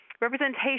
representation